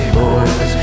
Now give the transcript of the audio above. boys